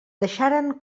deixaren